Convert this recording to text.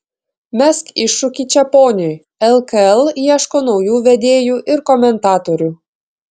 mesk iššūkį čeponiui lkl ieško naujų vedėjų ir komentatorių